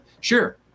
Sure